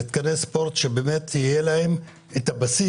מגרשי ספורט שיהיה להם הבסיס,